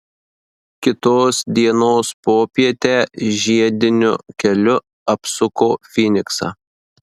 kitos dienos popietę žiediniu keliu apsuko fyniksą